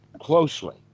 closely